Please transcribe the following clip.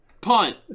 punt